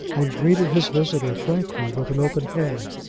and greeted his visitor frankly with an open hand.